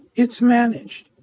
it's managed.